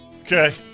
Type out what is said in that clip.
Okay